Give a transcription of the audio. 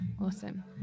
Awesome